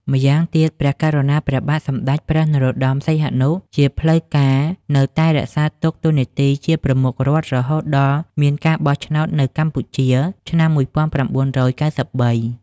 ម្យ៉ាងទៀត ព្រះករុណាព្រះបាទសម្តេចព្រះ នរោត្តម សីហនុ ជាផ្លូវការនៅតែរក្សទុកតួនាទីជាប្រមុខរដ្ឋរហូតដល់មានការបោះឆ្នោតនៅ កម្ពុជាឆ្នាំ១៩៩៣។